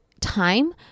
time